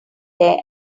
there